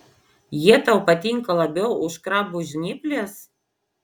jie tau patinka labiau už krabų žnyples